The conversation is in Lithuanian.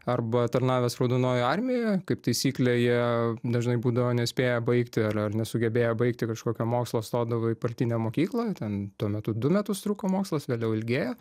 arba tarnavęs raudonojoj armijoje kaip taisyklė jie dažnai būdavo nespėję baigti ar ar nesugebėję baigti kažkokio mokslo stodavo į partinę mokyklą ten tuo metu du metus truko mokslas vėliau ilgėja